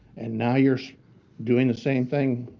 and now you're doing the same thing